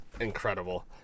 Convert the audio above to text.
incredible